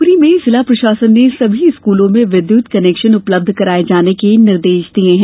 शिवपुरी में जिला प्रशासन ने सभी स्कूलों में विद्युत कनेक्शन उपलब्ध कराये जाने के निर्देश दिये हैं